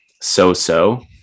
so-so